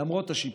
למרות השיפור,